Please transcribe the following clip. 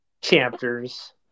Chapters